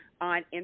on